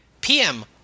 PM